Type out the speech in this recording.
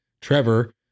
Trevor